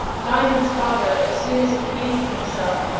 diamond's father, as soon as he came to himself,